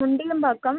Mundinambakkam